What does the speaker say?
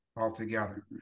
altogether